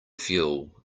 fuel